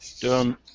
Done